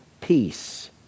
peace